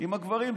עם הגברים.